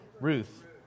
Ruth